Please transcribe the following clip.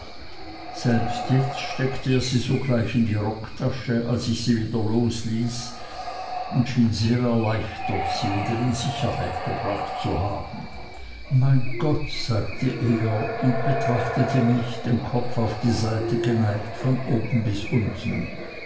selbst jetzt steckte er sie sogleich in die rocktasche als ich sie wieder losließ und schien sehr erleichtert sie wieder in sicherheit gebracht zu haben mein gott sagte er und betrachtete mich den kopf auf die seite geneigt von oben bis unten